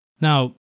Now